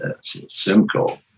Simcoe